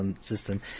system